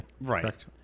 Right